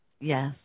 Yes